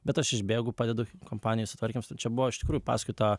bet aš išbėgu padedu kompanijai sutvarkėm čia buvo iš tikrųjų pasakoju tą